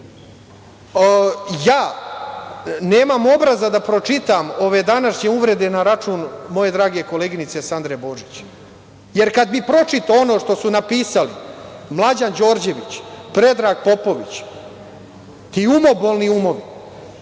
Ja, nemam obraza da pročitam ove današnje uvrede na račun moje drage koleginice Sandre Božić, jer kad bi pročitao ono što su napisali, Mlađan Đorđević, Predrag Popović ,ti umobolni umovi,